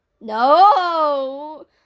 No